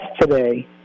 today